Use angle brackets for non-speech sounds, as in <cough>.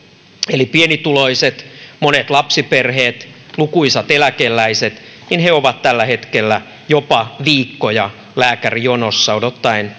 eli pienituloiset monet lapsiperheet lukuisat eläkeläiset ovat tällä hetkellä jopa viikkoja lääkärijonossa odottaen <unintelligible>